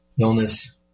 illness